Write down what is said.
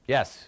Yes